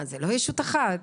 זאת לא ישות אחת?